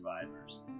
survivors